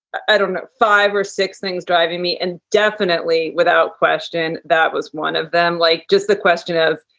i don't know, five or six things driving me. and definitely without question, that was one of them. like just the question of,